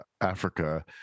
Africa